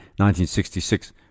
1966